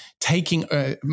taking –